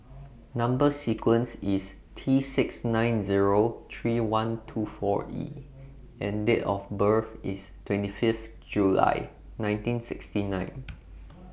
Number sequence IS T six nine Zero three one two four E and Date of birth IS twenty Fifth July nineteen sixty nine